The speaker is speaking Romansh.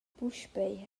puspei